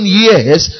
years